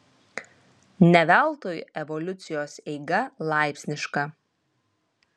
ne veltui evoliucijos eiga laipsniška